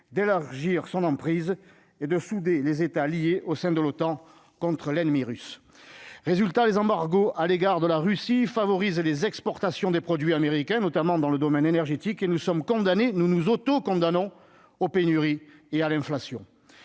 d'élargir son emprise et de souder les États liés au sein de l'OTAN contre l'ennemi russe, résultat les embargos à l'égard de la Russie, favorise les exportations des produits américains et notamment dans le domaine énergétique, et nous sommes condamnés, nous nous auto-condamnons aux pénuries et à l'inflation,